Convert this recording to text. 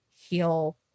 heal